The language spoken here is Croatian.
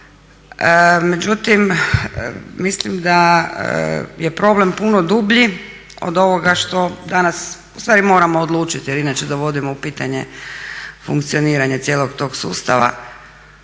međutim mislim da je problem puno dublji od ovoga što danas ustvari moramo odlučiti jer inače dovodimo u pitanje funkcioniranje cijelog tog sustava